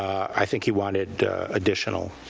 i think he wanted additional.